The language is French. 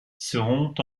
seront